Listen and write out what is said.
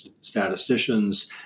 statisticians